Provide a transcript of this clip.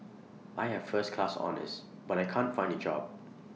I have first class honours but I can't find A job